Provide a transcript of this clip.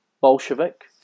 Bolshevik